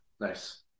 Nice